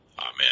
Amen